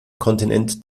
kontinent